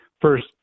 first